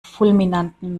fulminanten